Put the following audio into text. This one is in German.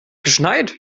geschneit